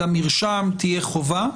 למרשם תהיה חובה,